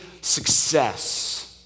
success